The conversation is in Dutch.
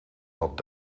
dat